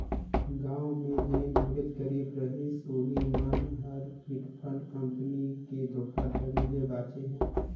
गाँव में जेन ढेरेच गरीब रहिस उहीं मन हर चिटफंड कंपनी के धोखाघड़ी ले बाचे हे